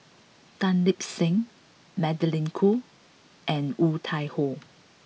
Tan Lip Seng Magdalene Khoo and Woon Tai Ho